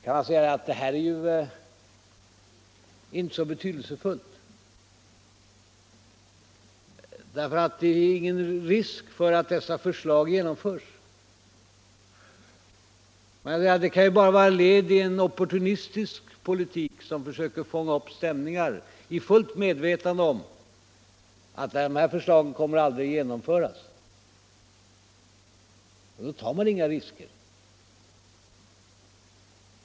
Man kan naturligtvis säga att detta inte är så betydelsefulla frågor, eftersom det inte är någon risk för att dessa förslag genomförs. De kan ju vara enbart led i en opportunistisk politik, som försöker fånga upp stämningar i fullt medvetande om att dessa förslag aldrig kommer att genomföras, och då tar man inga risker.